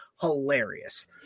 hilarious